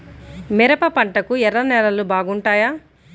మిరప పంటకు ఎర్ర నేలలు బాగుంటాయా?